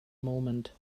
moment